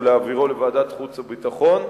ולהעבירו לוועדת החוץ והביטחון,